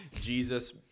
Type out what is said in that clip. Jesus